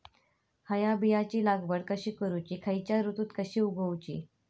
हया बियाची लागवड कशी करूची खैयच्य ऋतुत कशी उगउची?